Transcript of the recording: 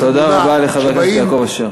תודה רבה לחבר הכנסת יעקב אשר.